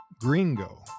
gringo